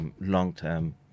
long-term